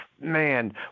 man